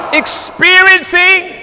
experiencing